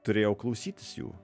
turėjau klausytis jų